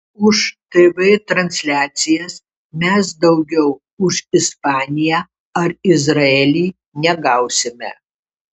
už tv transliacijas mes daugiau už ispaniją ar izraelį negausime